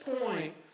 point